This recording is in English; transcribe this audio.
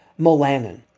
melanin